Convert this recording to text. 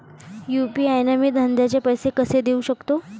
UPI न मी धंद्याचे पैसे कसे देऊ सकतो?